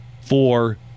Four